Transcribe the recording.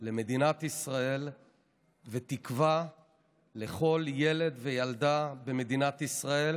למדינת ישראל ותקווה לכל ילד וילדה במדינת ישראל,